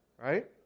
Right